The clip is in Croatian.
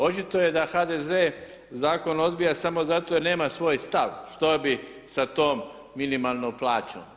Očito je da HDZ zakon odbija samo zato jer nema svoj stav što bi sa tom minimalnom plaćom.